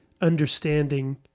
understanding